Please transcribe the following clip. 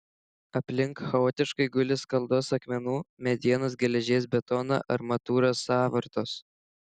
aplink chaotiškai guli skaldos akmenų medienos geležies betono armatūros sąvartos